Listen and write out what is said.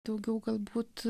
daugiau galbūt